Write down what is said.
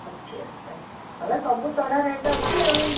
ଅଶୀ ଆଚ୍ଛା ଏବେ ସବୁ ଚଢା ରେଟ୍ ଅଛି ଆଉ